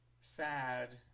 sad